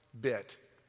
bit